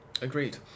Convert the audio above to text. agreed